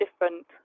different